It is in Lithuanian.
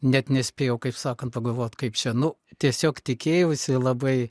net nespėjau kaip sakant pagalvot kaip čia nu tiesiog tikėjausi labai